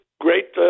great